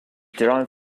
derived